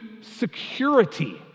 security